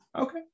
okay